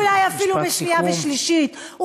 ואולי אפילו בשנייה ושלישית,